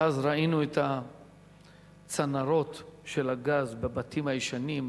מאז ראינו את הצנרות של הגז בבתים הישנים,